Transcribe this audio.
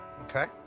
Okay